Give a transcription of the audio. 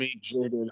jaded